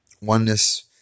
Oneness